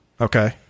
Okay